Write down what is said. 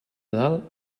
dalt